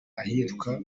ahitwa